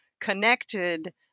connected